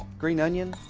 green onions.